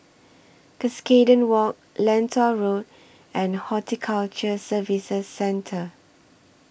Cuscaden Walk Lentor Road and Horticulture Services Centre